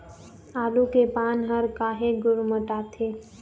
आलू के पान हर काहे गुरमुटाथे?